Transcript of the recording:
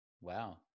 Wow